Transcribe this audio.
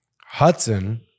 Hudson